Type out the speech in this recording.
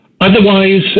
Otherwise